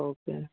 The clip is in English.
okay